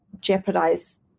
jeopardize